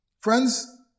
Friends